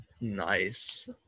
Nice